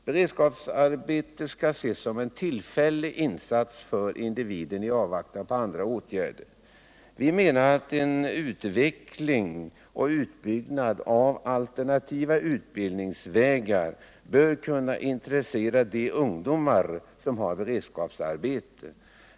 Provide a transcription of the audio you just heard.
Beredskapsarbete skall ses som en tillfällig insats för individen i avvaktan på andra åtgärder. Vi menar att en utveckling och utbyggnad av alternativa utbildningsvägar bör kunna intressera de ungdomar som har beredskapsarbete.